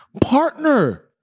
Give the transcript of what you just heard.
partner